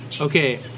Okay